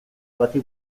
bati